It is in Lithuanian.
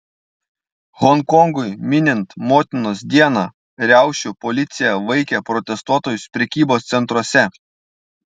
honkongui minint motinos dieną riaušių policija vaikė protestuotojus prekybos centruose